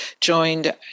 joined